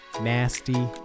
nasty